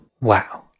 Wow